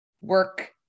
work